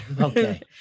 Okay